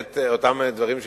אותם דברים,